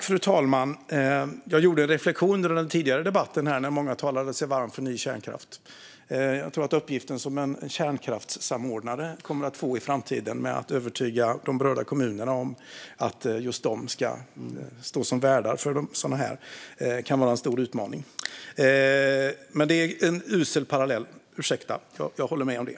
Fru talman! Jag gjorde en reflektion under den tidigare debatten i dag då många talade sig varma för ny kärnkraft. Jag tror att den uppgift som en kärnkraftssamordnare kommer att få i framtiden, att övertyga berörda kommuner att just de ska stå som värdar för sådana, kan innebära en stor utmaning. Det var dock en usel parallell. Jag ber om ursäkt.